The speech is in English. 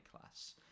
class